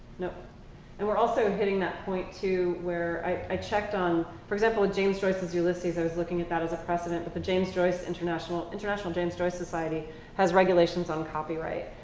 and we're also hitting that point too where i checked on for example, with james joyce's ulysses, i was looking at that as a precedent, but the james joyce international international james joyce society has regulations on copyright.